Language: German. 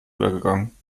übergegangen